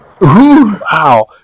Wow